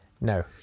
No